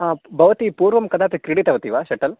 हा भवति पूर्वं कदापि क्रिडितवति वा शेटल्